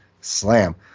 slam